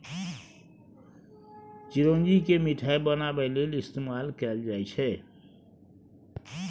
चिरौंजी केँ मिठाई बनाबै लेल इस्तेमाल कएल जाई छै